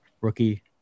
rookie